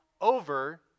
over